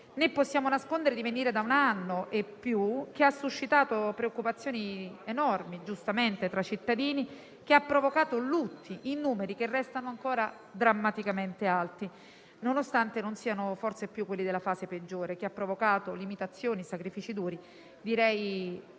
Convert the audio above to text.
né possiamo nascondere di venire da un anno e più che ha suscitato preoccupazioni enormi, giustamente, tra i cittadini, che ha provocato lutti in numeri che restano ancora drammaticamente alti, nonostante non siano forse più quelli della fase peggiore, che ha provocato limitazioni, sacrifici duri, direi